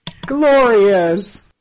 Glorious